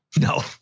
No